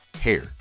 hair